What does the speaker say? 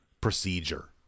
procedure